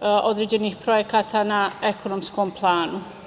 određenih projekata na ekonomskom planu.